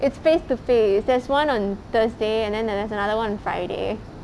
it's face to face there's [one] on thursday and then there's another [one] on friday